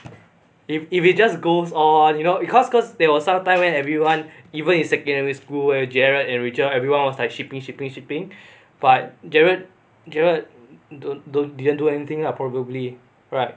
if if it just goes on you know cause cause there was some time when everyone even in secondary school when gerald and rachel everyone was like shipping shipping shipping but gerald gerald don't don't didn't do anything probably right